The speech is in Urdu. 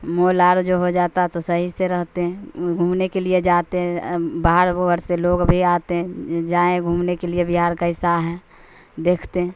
مول آر جو ہو جاتا ہے تو صحیح سے رہتے ہیں گھومنے کے لیے جاتے ہیں باہر اوہر سے لوگ بھی آتے ہیں جائیں گھومنے کے لیے بہار کیسا ہے دیکھتے ہیں